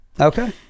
okay